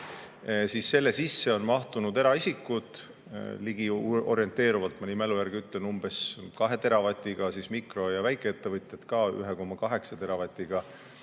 siis selle sisse on mahtunud eraisikud, orienteeruvalt, ma nüüd mälu järgi ütlen, umbes 2 teravatiga, mikro‑ ja väikeettevõtjad ka 1,8 teravatiga,